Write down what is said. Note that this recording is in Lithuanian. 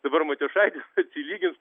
dabar matijošaitis atsilygins